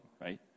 right